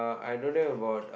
uh I don't have about